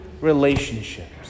relationships